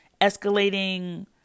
escalating